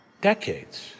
decades